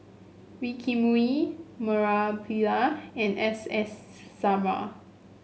Wee Kim Wee Murali Pillai and S S Sarma